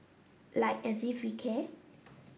like as if we care